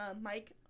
Mike